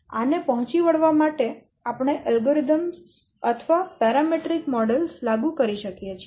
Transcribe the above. આને પહોંચી વળવા માટે આપણે અલ્ગોરિધમીક અથવા પેરામેટ્રિક મોડેલો લાગુ કરી શકીએ